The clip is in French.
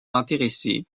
intéressé